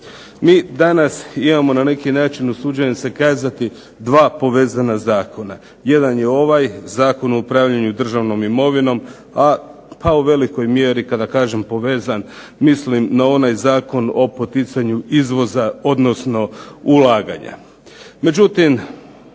Mi danas imamo na neki način, usuđujem se kazati, dva povezana zakona. Jedan je ovaj, Zakon o upravljanju državnom imovinom pa u velikoj mjeri kada kažem povezan mislim da onaj zakon o poticanju izvoza odnosno ulaganja.